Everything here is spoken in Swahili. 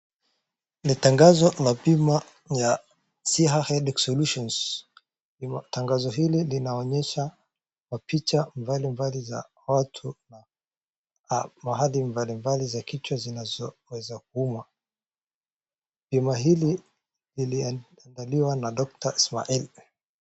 Ni tangazo la bima ya Siha Headache Solutions . Tangazo hili linaonyesha picha mbali mbali za watu na maeneo mbalimbali za kichwa zinazoweza kuuma. Bima hili liliandaliwa na Doctor Ismail.